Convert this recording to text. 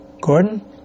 Gordon